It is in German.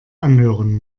anhören